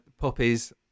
puppies